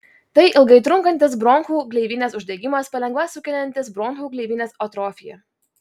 tai ilgai trunkantis bronchų gleivinės uždegimas palengva sukeliantis bronchų gleivinės atrofiją